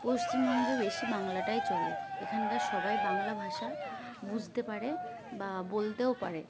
পশ্চিমবঙ্গে বেশি বাংলাটাই চলে এখানকার সবাই বাংলা ভাষা বুঝতে পারে বা বলতেও পারে